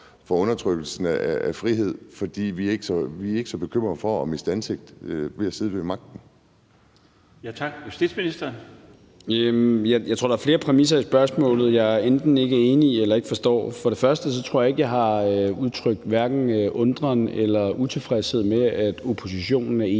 (Bjarne Laustsen): Tak. Justitsministeren. Kl. 22:25 Justitsministeren (Peter Hummelgaard): Jeg tror, der er flere præmisser i spørgsmålet, jeg enten ikke er enig i eller ikke forstår. For det første tror jeg ikke, jeg har udtrykt hverken undren eller utilfredshed med, at oppositionen er enige